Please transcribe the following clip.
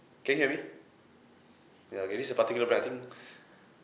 can you hear me ya okay this is a particular brand I think